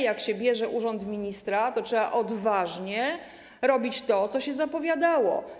Jak się przyjmuje urząd ministra, to trzeba odważnie robić to, co się zapowiadało.